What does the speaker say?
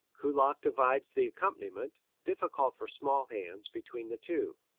kullak divides the accompaniment, difficult for small hands, between the two.